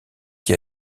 qui